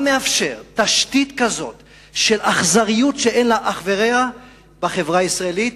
מה מאפשר תשתית כזאת של אכזריות שאין לה אח ורע בחברה הישראלית?